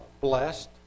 blessed